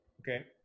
Okay